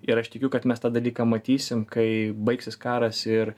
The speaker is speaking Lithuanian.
ir aš tikiu kad mes tą dalyką matysim kai baigsis karas ir